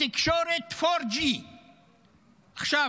תקשורת G4. עכשיו